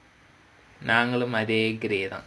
puppy shame